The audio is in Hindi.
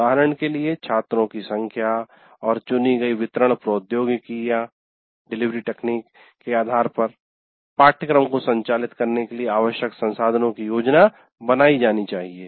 उदाहरण के लिए छात्रों की संख्या और चुनी गई वितरण प्रोद्योगिकी डिलीवरी तकनीक के आधार पर पाठ्यक्रम को संचालित करने के लिए आवश्यक संसाधनों की योजना बनाई जानी चाहिए